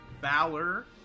Valor